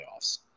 playoffs